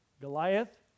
Goliath